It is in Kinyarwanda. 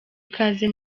ikaze